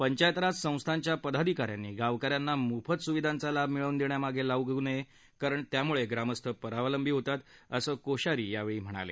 पंचायतराज संस्थांच्या पदाधिकाऱ्यांनी गावकऱ्यांना मोफत सुविधांचा लाभ मिळवून देण्यामागे लागू नये कारण त्यामुळे ग्रामस्थ परावलंबी होतात असं ते यावेळी म्हणाले